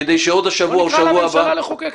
כדי שעוד השבוע או שבוע הבא --- בוא נקרא לממשלה לחוקק.